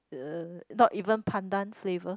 uh not even Pandan flavour